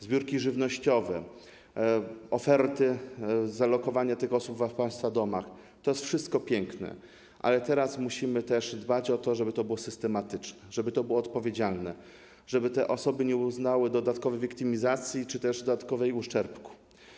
Zbiórki żywnościowe, oferty ulokowania tych osób w państwa domach - to wszystko jest piękne, ale teraz musimy dbać o to, żeby to było systematyczne, żeby to było odpowiedzialne, żeby te osoby nie odczuły dodatkowej wiktymizacji czy też dodatkowego uszczerbku.